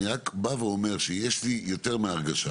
אני בא ואומר שיש לי יותר מהרגשה